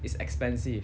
it's expensive